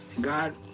God